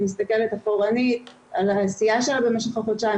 היא מסתכלת אחורנית על העשייה שלה במשך החודשיים,